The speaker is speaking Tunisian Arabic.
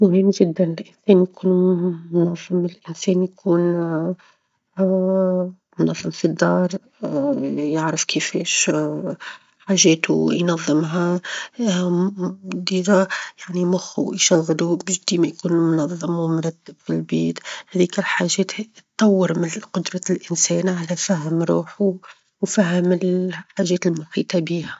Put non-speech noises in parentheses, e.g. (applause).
مهم جدًا الإنسان يكون (hesitation) منظم، الإنسان يكون (hesitation) منظم في الدار، (hesitation) يعرف كيفاش (hesitation) حاجاته ينظمها، (hesitation) بالفعل يعني مخه يشغله باش ديما يكون منظم، ومرتب في البيت هذيك الحاجات تطور من قدرة الإنسان على فهم روحه، وفهم (hesitation) الحاجات المحيطة بيه.